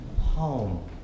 Home